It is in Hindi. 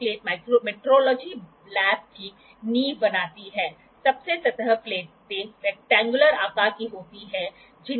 एंगल गेज का लगातार उपयोग यह जांचने के लिए है कि क्या घटक इसकी ऑफ एंगल टॉलरेंस के भीतर है